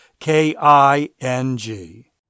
K-I-N-G